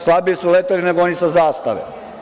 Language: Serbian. Slabije su leteli nego oni sa zastave.